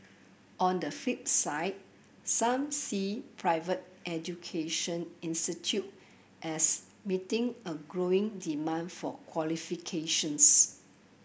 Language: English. on the flip side some see private education as meeting a growing demand for qualifications